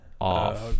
off